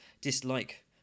dislike